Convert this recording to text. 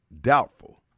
doubtful